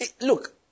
Look